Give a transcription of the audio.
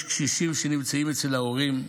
יש קשישים שנמצאים אצל ההורים,